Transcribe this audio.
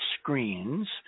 screens